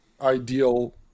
ideal